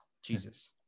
Jesus